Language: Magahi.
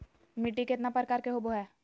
मिट्टी केतना प्रकार के होबो हाय?